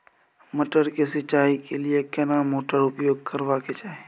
मटर के सिंचाई के लिये केना मोटर उपयोग करबा के चाही?